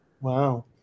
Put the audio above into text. Wow